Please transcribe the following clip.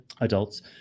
adults